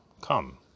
come